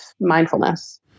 mindfulness